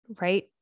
Right